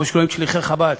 שרואים בהם את שליחי חב"ד,